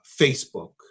Facebook